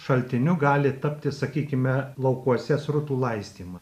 šaltiniu gali tapti sakykime laukuose srutų laistymu